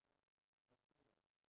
I think